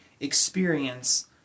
experience